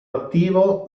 attivo